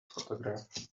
photograph